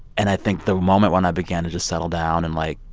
and i think the moment when i began to just settle down and, like,